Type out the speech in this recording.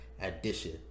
addition